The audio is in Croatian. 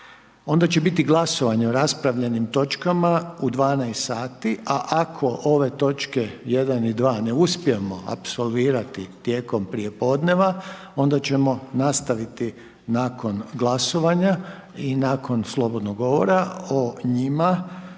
Onda će biti glasovanje o raspravljenim točkama u 12 sati a ako ove točke 1. i 2. ne uspijemo apsolvirati tijekom prijepodneva, onda ćemo nastaviti nakon glasovanja i nakon slobodnog govora o njima